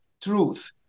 truth